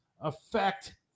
effect